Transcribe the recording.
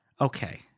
Okay